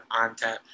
ONTAP